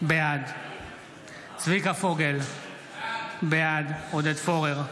בעד צביקה פוגל, בעד עודד פורר,